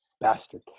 bastard